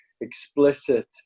explicit